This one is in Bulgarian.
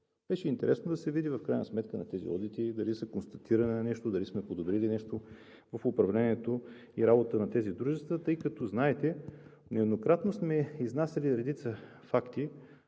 Беше интересно да се види в крайна сметка на тези одити дали са констатирали нещо, дали сме подобрили нещо в управлението и работата на тези дружества, тъй като, знаете, нееднократно сме изнасяли редица факти